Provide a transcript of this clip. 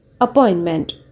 appointment